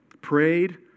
prayed